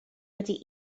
wedi